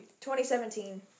2017